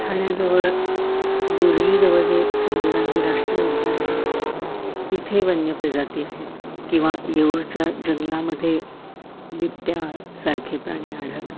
ठाण्याजवळ बोरिवलीजवळ जे संजय गांधी राष्ट्रीय उद्यान आहे तिथे वन्य प्रजाती आहेत किंवा येऊरच्या जंगलामध्ये बिबट्यासारखे प्राणी आढळतात